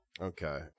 Okay